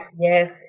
Yes